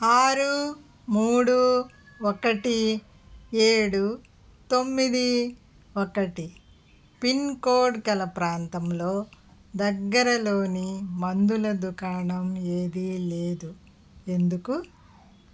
ఆరు మూడు ఒకటి ఏడు తొమ్మిది ఒకటి పిన్కోడ్ గల ప్రాంతంలో దగ్గరలోని మందుల దుకాణం ఏదీలేదు ఎందుకు